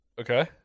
Okay